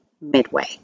midway